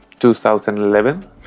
2011